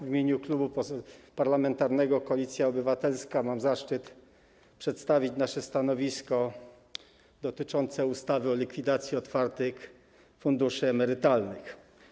W imieniu Klubu Parlamentarnego Koalicja Obywatelska mam zaszczyt przedstawić nasze stanowisko dotyczące ustawy o likwidacji otwartych funduszy emerytalnych.